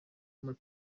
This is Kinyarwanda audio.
muri